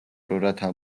რათა